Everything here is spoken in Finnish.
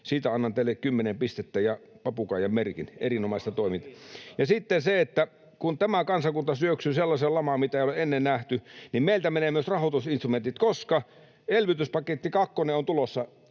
siitä annan teille kymmenen pistettä ja papukaijamerkin — erinomaista toimintaa. [Petri Huru: Isänmaan asia kiinnostaa!] Ja sitten kun tämä kansakunta syöksyy sellaiseen lamaan, mitä ei ole ennen nähty, niin meiltä menevät myös rahoitusinstrumentit, koska elvytyspaketti kakkonen on tulossa